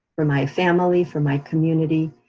for my family, for my community.